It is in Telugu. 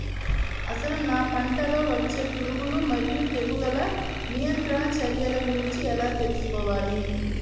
అసలు నా పంటలో వచ్చే పురుగులు మరియు తెగులుల నియంత్రణ చర్యల గురించి ఎలా తెలుసుకోవాలి?